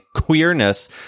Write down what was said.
queerness